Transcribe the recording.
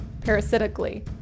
parasitically